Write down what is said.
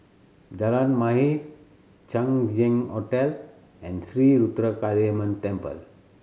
Jalan Mahir Chang Ziang Hotel and Sri Ruthra Kaliamman Temple